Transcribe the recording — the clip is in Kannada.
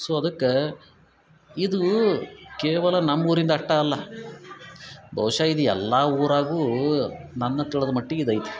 ಸೊ ಅದಕ್ಕೆ ಇದು ಕೇವಲ ನಮ್ಮ ಊರಿಂದು ಅಷ್ಟೇ ಅಲ್ಲ ಬಹುಶಃ ಇದು ಎಲ್ಲ ಊರಾಗೂ ನನ್ನ ತಿಳಿದ ಮಟ್ಟಿಗೆ ಇದು ಐತಿ